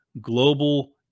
global